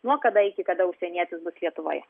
nuo kada iki kada užsienietis bus lietuvoje